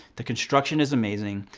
the construction is amazing.